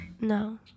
No